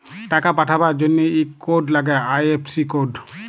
টাকা পাঠাবার জনহে ইক কোড লাগ্যে আই.এফ.সি কোড